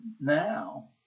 now